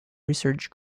research